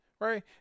right